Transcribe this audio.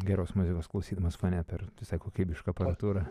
geros muzikos klausydamas fone per visai kokybišką aparatūrą